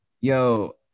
yo